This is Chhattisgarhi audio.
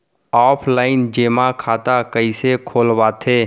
ऑफलाइन जेमा खाता कइसे खोलवाथे?